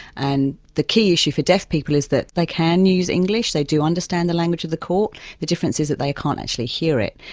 and the key issue for deaf people is that they can use english, they do understand the language of the court the difference is that they can't actually hear it.